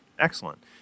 Excellent